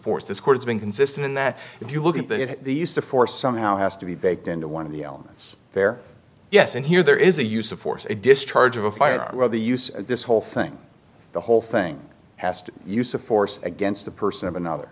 force this court has been consistent in that if you look at that the use of force somehow has to be baked into one of the elements there yes and here there is a use of force a discharge of a firearm the use this whole thing the whole thing has to use of force against a person of another